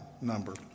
number